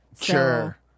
Sure